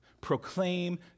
Proclaim